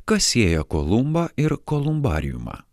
kas sieja kolumbą ir kolumbariumą